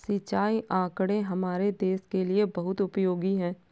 सिंचाई आंकड़े हमारे देश के लिए बहुत उपयोगी है